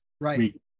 right